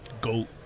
Goat